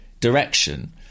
direction